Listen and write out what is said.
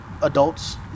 Adults